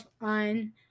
on